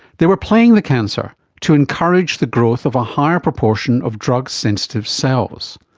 they were playing the cancer to encourage the growth of a higher proportion of drug sensitive cells.